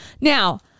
Now